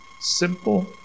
simple